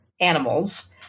animals